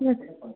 ঠিক আছে